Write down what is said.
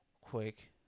quick